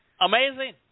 amazing